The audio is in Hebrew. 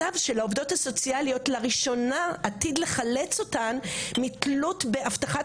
הצו של העובדות הסוציאליות לראשונה עתיד לחלץ אותן מתלות באבטחת